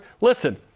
Listen